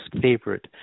favorite